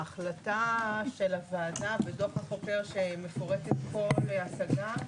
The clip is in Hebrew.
ההחלטה של הוועדה בדוח החוקר שמפורטת פה להשגה,